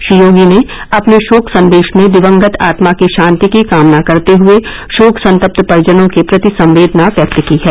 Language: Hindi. श्री योगी ने अपने रोक सन्देश में दिवंगत आत्मा की ान्ति की कामना करते हुये रोक संतप्त परिजनों के प्रति संवेदना व्यक्त की हैं